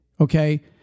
okay